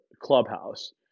clubhouse